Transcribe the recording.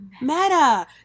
meta